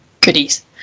goodies